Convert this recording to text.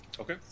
Okay